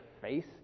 face